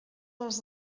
les